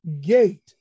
gate